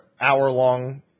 hour-long